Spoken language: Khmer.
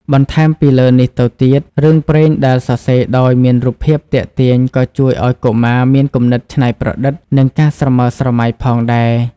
បន្ថែមពីលើនេះទៅទៀត រឿងព្រេងដែលសរសេរដោយមានរូបភាពទាក់ទាញ ក៏ជួយឲ្យកុមារមាន គំនិតច្នៃប្រឌិត និងការស្រមើលស្រមៃ ផងដែរ។